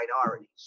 minorities